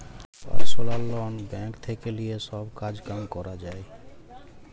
personal loan bank থেক্যে লিয়ে সব কাজ কাম ক্যরা যায়